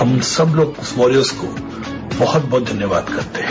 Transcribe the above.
हम सब लोग इस वॉरियर्स को बहुत बहुत धन्यवाद करते हैं